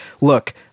look